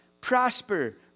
Prosper